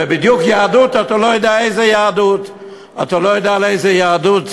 ובדיוק יהדות, אתה לא יודע איזו יהדות.